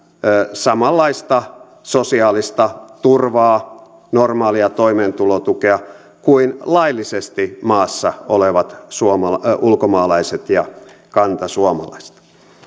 samanlaista sosiaalista turvaa normaalia toimeentulotukea kuin laillisesti maassa olevat ulkomaalaiset ja kantasuomalaiset